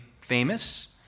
famous